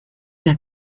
der